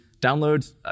download